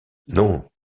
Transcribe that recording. non